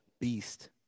beast